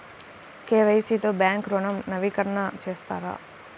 KYC తో bank ఋణం నవీకరణ చేస్తారా?